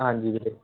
ਹਾਂਜੀ ਵੀਰੇ